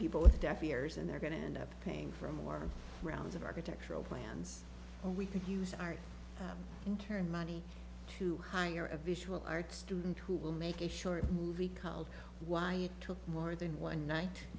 people with deaf ears and they're going to end up paying for more rounds of architectural plans and we could use art and turn money to hire a visual arts student who will make a short movie called why it took more than one night